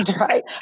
right